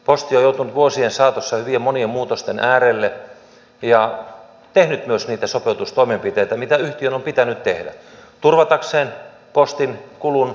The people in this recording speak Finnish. posti on joutunut vuosien saatossa hyvin monien muutosten äärelle ja tehnyt myös niitä sopeutustoimenpiteitä mitä yhtiön on pitänyt tehdä turvatakseen postinkulun koko maassa